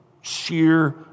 sheer